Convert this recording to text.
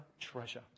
treasure